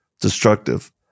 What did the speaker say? destructive